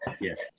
yes